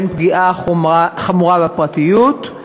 ובאין פגיעה חמורה בפרטיות.